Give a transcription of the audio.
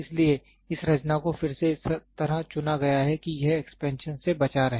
इसलिए इस रचना को फिर से इस तरह चुना गया है कि यह एक्सपेंशन से बचा रहे